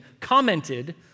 commented